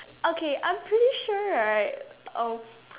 okay I'm pretty sure right um